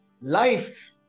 life